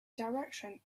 direction